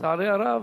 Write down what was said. לצערי הרב,